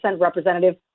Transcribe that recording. representative